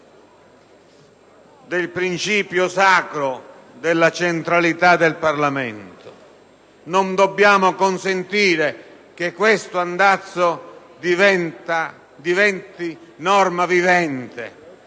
del principio sacro della centralità del Parlamento. Non dobbiamo consentire che questo andazzo diventi norma vivente,